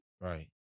Right